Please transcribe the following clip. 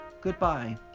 goodbye